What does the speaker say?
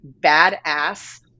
badass